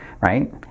right